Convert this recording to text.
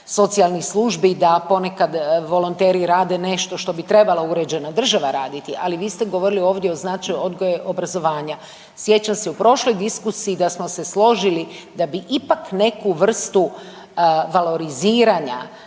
socijalnih službi, da poneka volonteri rade nešto što bi trebala uređena država raditi, ali vi ste govorili ovdje o značaju odgoja i obrazovanja. Sjećam se u prošloj diskusiji da smo se složili da bi ipak neku vrstu valoriziranja